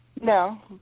No